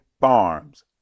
farms